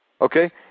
okay